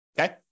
okay